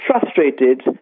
frustrated